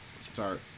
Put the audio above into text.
start